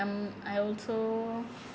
um I also